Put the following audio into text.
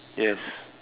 yes